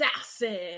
assassin